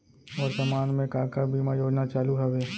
वर्तमान में का का बीमा योजना चालू हवये